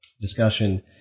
discussion